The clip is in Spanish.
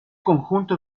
conjunto